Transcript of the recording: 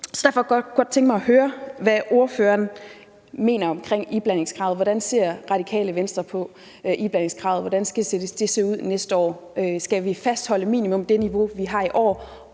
godt tænke mig at høre, hvad ordføreren mener om iblandingskravet. Hvordan ser Radikale Venstre på iblandingskravet? Hvordan skal det se ud næste år? Skal vi fastholde minimum det niveau, vi har i år?